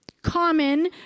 common